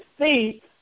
see